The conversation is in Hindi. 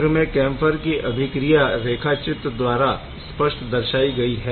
चित्र में कैम्फर की अभिक्रिया रेखा चित्र द्वारा स्पष्ट दर्शाइ गई है